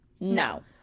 No